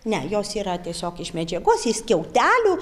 ne jos yra tiesiog iš medžiagos iš skiautelių